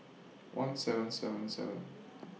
one seven seven seven